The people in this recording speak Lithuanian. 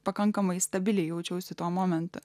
pakankamai stabiliai jaučiausi tuo momentu